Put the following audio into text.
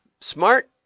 Smart